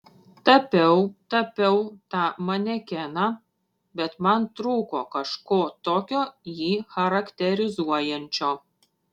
tapiau tapiau tą manekeną bet man trūko kažko tokio jį charakterizuojančio